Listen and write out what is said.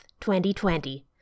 2020